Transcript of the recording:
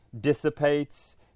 dissipates